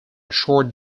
short